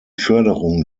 förderung